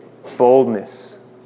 Boldness